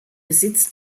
besitz